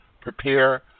Prepare